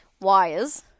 wires